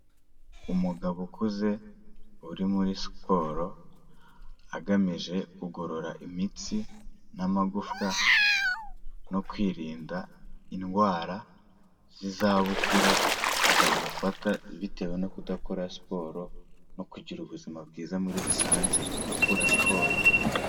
Umugabo ukuze uri muri siporo agamije kugorora imitsi n'amagufwa no kwirinda indwara z'izabukuru zamufata bitewe no kudakora siporo no kugira ubuzima bwiza muri rusange akora siporo.